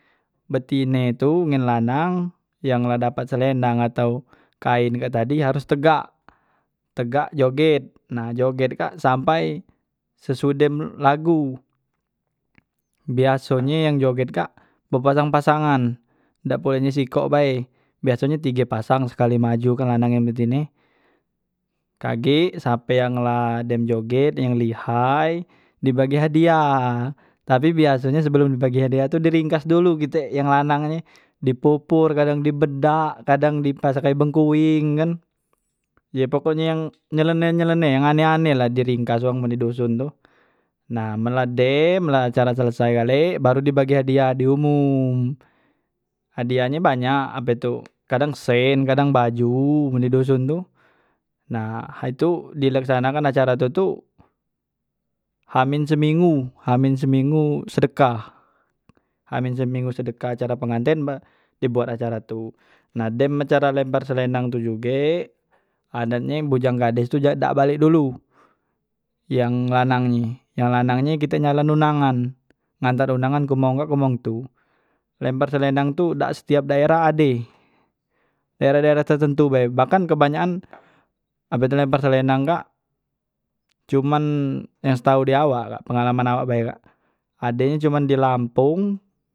Betine tu ngen lanang yang la dapet selendang atau kain kak tadi harus tegak, tegak joget, nah joget kak sampai sesudem lagu. Biasonye yang joget kak bepasang- pasangan dak boleh nye sikok bae, biasonye tige pasang sekali maju kan lanangan betine, kagek sape yang la dem joget, yang lihai dibagi hadiah tapi biasonye sebelum dibagi hadiah tu diringkas dulu kite yang lanangnye, dipupur kadang dibedak kadang dipasangkai bengkuing kan, ye pokoknye yang nyeleneh nyeleneh yang aneh aneh lah diringkas wong men di doson tu, nah men la dem la acara selesai gale baru dibagi hadiah diumum, hadiahnye banyak ape tu kadang sen kadang baju men di doson tu, nah ha itu dilaksanakan acara tu tu h min seminggu, h min seminggu sedekah, h min seminggu sedekah acara penganten ba dibuat acara tu, nah dem acara lempar selendang tu juge, adatnye bujang gades tu ja dak balek dulu, yang lanangnye, yang lanangnye kite nyalon undangan, nganter undangan ke mong kak ke mong tu, lempar selendang tu dak setiap daerah ade, daerah- daerah tertentu bae, bahkan kebanyakan ape tu lempar selendang kak cuman yang setau di awak kak pengalaman awak bae kak adenye cuman di lampong.